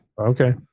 Okay